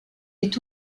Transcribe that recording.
est